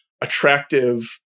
attractive